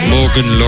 Morgan